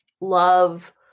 love